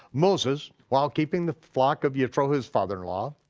moses, while keeping the flock of yitro, his father-in-law,